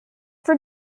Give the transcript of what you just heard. for